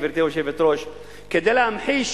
גברתי היושבת-ראש: כדי להמחיש